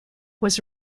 was